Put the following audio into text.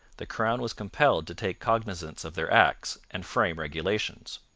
the crown was compelled to take cognizance of their acts and frame regulations.